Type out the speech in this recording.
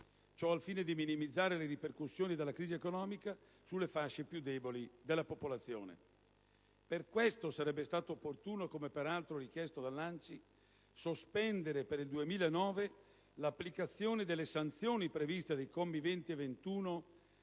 ciò al fine di minimizzare le ripercussioni della crisi economica sulle fasce più deboli della popolazione. Per questo sarebbe stato opportuno - come peraltro richiesto dall'ANCI - sospendere per il 2009 l'applicazione delle sanzioni previste dai commi 20 e 21